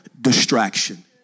distraction